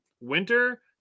winter